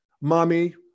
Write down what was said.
mommy